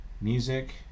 music